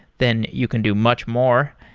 then you can do much more.